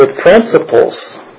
principles